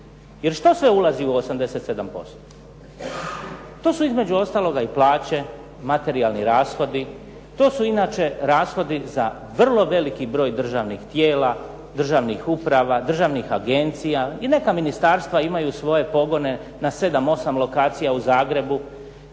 Jer šta sve ulazi u 87%? To su između ostaloga i plaće, materijalni rashodi, to su inače rashodi za vrlo veliki broj državnih tijela, državnih uprava, državnih agencija i neka ministarstva imaju svoje pogone na 7, 8 lokacija u Zagrebu.